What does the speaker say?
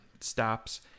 stops